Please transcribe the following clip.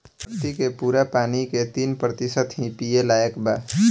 धरती के पूरा पानी के तीन प्रतिशत ही पिए लायक बा